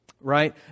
right